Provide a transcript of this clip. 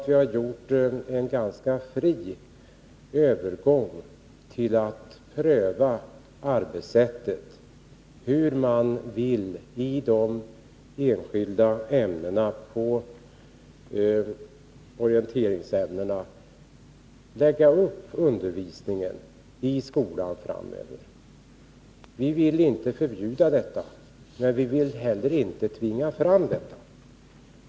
Vi har gjort en ganska fri övergång när det gäller att pröva arbetssätt för hur man i de enskilda orienteringsämnena vill lägga upp undervisningen i skolan framöver. Vi vill inte förbjuda blockbetygen, men vi vill heller inte tvinga fram en sådan ordning.